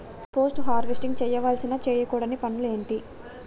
Post harvesting చేయవలసిన చేయకూడని పనులు ఏంటి?